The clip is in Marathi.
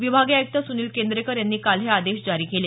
विभागीय आयुक्त सुनील केंद्रेकर यांनी काल हे आदेश जारी केले